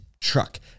truck